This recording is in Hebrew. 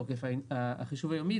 עניין החישוב היומי,